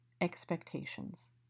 expectations